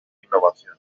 innovación